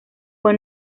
fue